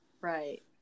Right